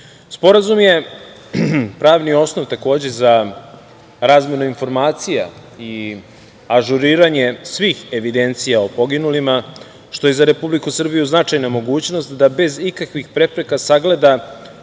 države. Sporazum je pravni osnov, takođe, za razmenu informacija i ažuriranje svih evidencija o poginulima, što je za Republiku Srbiju značajna mogućnost da bez ikakvih prepreka sagleda